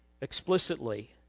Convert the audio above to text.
explicitly